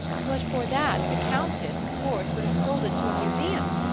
but for that the countess, of course, would have sold it to a museum.